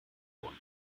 bonn